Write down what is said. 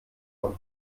von